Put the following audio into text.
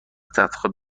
تختخواب